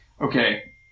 okay